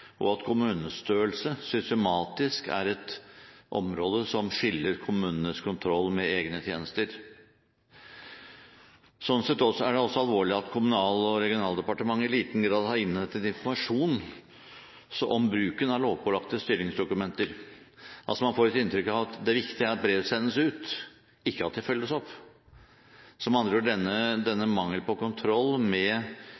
og at kommunestørrelse systematisk er et område som skiller kommunenes kontroll med egne tjenester. Sånn sett er det alvorlig at Kommunal- og regionaldepartementet i liten grad har innhentet informasjon, også om bruken av lovpålagte styringsdokumenter. Man får et inntrykk av at det er viktig at brev sendes ut – ikke at de følges opp. Med andre ord er denne